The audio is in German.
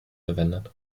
verwendet